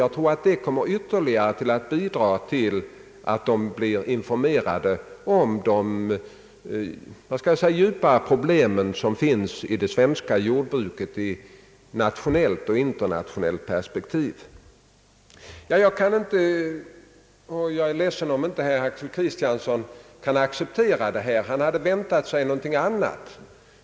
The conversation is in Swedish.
Jag tror att detta kommer att ytterligare bidraga till att de blir informerade om de mera djupgående problemen för det svenska jordbruket i nationellt och internationellt perspektiv. Jag är ledsen om herr Axel Kristiansson inte kan acceptera detta resonemang. Han hade tydligen väntat sig något annat.